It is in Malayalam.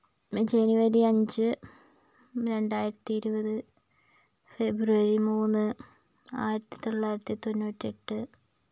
ജനുവരി അഞ്ച് രണ്ടായിരത്തി ഇരുപത് ഫെബ്രുവരി മൂന്ന് ആയിരത്തി തൊള്ളായിരത്തി തൊണ്ണൂറ്റി എട്ട്